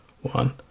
one